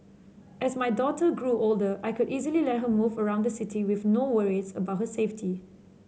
as my daughter grew older I could easily let her move around the city with no worries about her safety